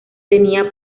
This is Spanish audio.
tenía